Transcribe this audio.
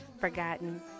forgotten